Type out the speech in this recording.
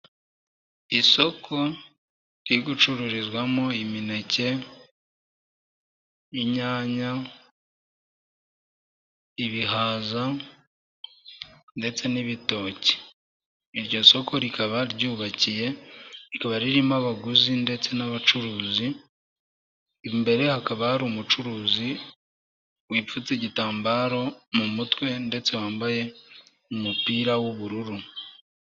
Isoko riri gucururizwamo imineke, inyanya, ibihaza ndetse n'ibitoki, iryo soko rikaba ry'ubakiye rikaba ririmo abaguzi ndetse n'abacuruzi, imbere hakaba hari umucuruzi wipfutse igitambaro mu mutwe ndetse wambaye umupira w'ubururu.